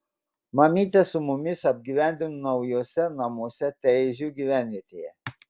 mamytę su mumis apgyvendino naujuose namuose teizų gyvenvietėje